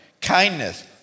kindness